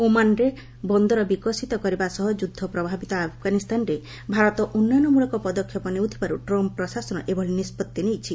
ଓମାନ୍ରେ ବନ୍ଦର ବିକଶିତ କରିବା ସହ ଯୁଦ୍ଧ ପ୍ରଭାବିତ ଆଫଗାନିସ୍ତାନରେ ଭାରତ ଉନ୍ନୟନମଳକ ପଦକ୍ଷେପ ନେଉଥିବାରୁ ଟ୍ରମ୍ପ୍ ପ୍ରଶାସନ ଏଭଳି ନିଷ୍ପଭି ନେଇଛି